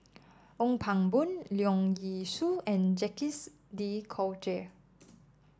Ong Pang Boon Leong Yee Soo and Jacques De Coutre